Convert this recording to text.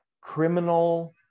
criminal